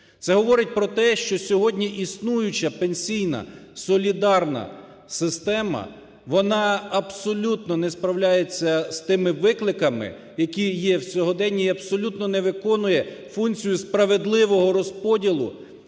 Це говорить про те, що сьогодні існуюча пенсійна, солідарна система, вона абсолютно не справляється з тими викликами, які є у сьогоденні, і абсолютно не виконує функцію справедливого розподілу